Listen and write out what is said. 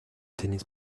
tennis